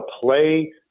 play